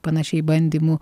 panašiai bandymų